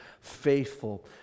faithful